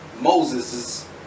Moses